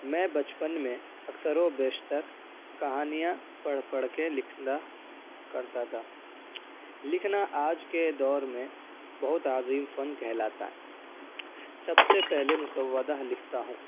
میں بچپن میں اکثروبیشتر کہانیاں پڑھ پڑھ کے لکھا کرتا تھا لکھنا آج کے دور میں بہت عظیم فن کہلاتا ہے سب سے پہلے مسودہ لکھتا ہوں